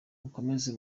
mukomeze